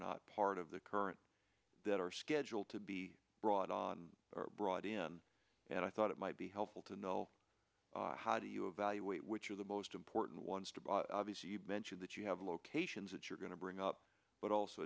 not part of the current that are scheduled to be brought on brought in and i thought it might be helpful to know how do you evaluate which are the most important ones to but obviously you've mentioned that you have locations that you're going to bring up but also